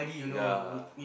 ya